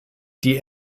die